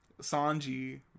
Sanji